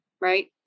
right